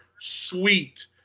sweet